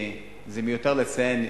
זה מיותר לציין,